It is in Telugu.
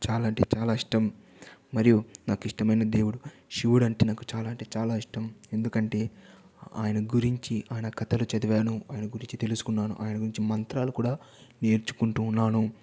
చాలా అంటే చాలా ఇష్టం మరియు నాకు ఇష్టమైన దేవుడు శివుడు అంటే నాకు చాలా అంటే చాలా ఇష్టం ఎందుకంటే ఆయన గురించి ఆయన కథలు చదివాను ఆయన గురించి తెలుసుకున్నాను ఆయన గురించి మంత్రాలు కూడా నేర్చుకుంటూన్నాను